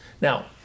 Now